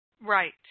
Right